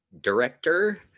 director